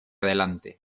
delante